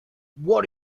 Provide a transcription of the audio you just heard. what